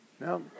No